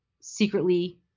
secretly